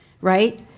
right